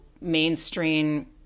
mainstream